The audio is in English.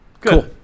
Cool